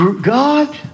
God